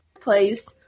place